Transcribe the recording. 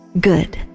good